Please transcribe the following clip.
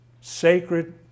Sacred